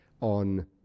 on